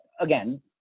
again